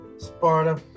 Sparta